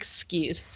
excuse